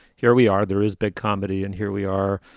here we are. there is big comedy and here we are.